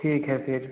ठीक है फिर